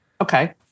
Okay